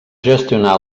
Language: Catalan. gestionar